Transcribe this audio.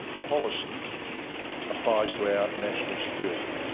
policy applies to our national security